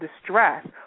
distress